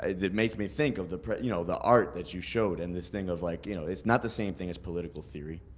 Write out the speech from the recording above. it makes me think of the you know the art that you showed, and this thing of like, you know, it's not the same thing as political theory,